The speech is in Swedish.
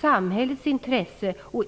samhällets intresse.